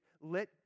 let